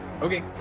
Okay